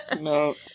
No